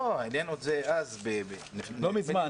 אז -- לא מזמן.